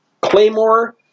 claymore